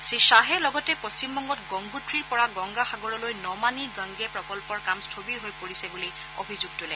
শ্ৰীগ্বাহে লগতে পশ্চিমবংগত গংগোত্ৰীৰ পৰা গংগাসাগৰলৈ নমানি গংগে প্ৰকল্পৰ কাম স্থবিৰ হৈ পৰিছে বুলি অভিযোগ তোলে